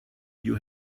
you